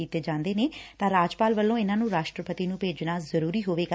ਕਰ ਦਿਤੇ ਜਾਦੇ ਨੇ ਤਾਂ ਰਾਜਪਾਲ ਵੱਲੋਂ ਇਨਾਂ ਨੂੰ ਰਾਸਟਰਪਤੀ ਨੂੰ ਭੇਜਣਾ ਜ਼ਕੂਰੀ ਹੋਵੇਗਾ